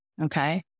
Okay